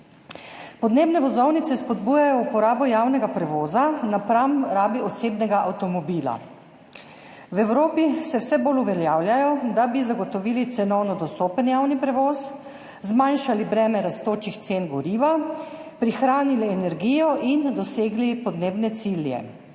Podnebne vozovnice spodbujajo uporabo javnega prevoza napram rabi osebnega avtomobila. V Evropi se vse bolj uveljavljajo, da bi zagotovili cenovno dostopen javni prevoz, zmanjšali breme rastočih cen goriva, prihranili energijo in dosegli podnebne cilje.